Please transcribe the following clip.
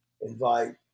invite